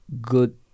good